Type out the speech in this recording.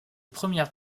premières